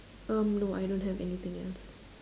um no I don't have anything else